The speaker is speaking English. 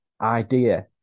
idea